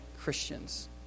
Christians